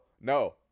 No